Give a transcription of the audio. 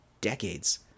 decades